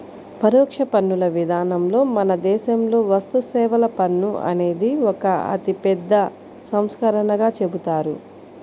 పరోక్ష పన్నుల విధానంలో మన దేశంలో వస్తుసేవల పన్ను అనేది ఒక అతిపెద్ద సంస్కరణగా చెబుతారు